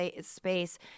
space